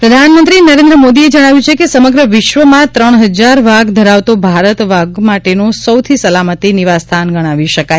વિશ્વ વાઘ દિવસ પ્રધાનમંત્રી નરેન્દ્ર મોદીએ જણાવ્યું છે કે સમગ્ર વિશ્વમાં ત્રણ હજાર વાઘ ધરાવતો ભારત વાઘો માટેનું સૌથી સલામત નિવાસસ્થાન ગણાવી શકાય